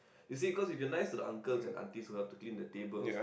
you see because if you are nice to the uncles and aunties who help to clean the tables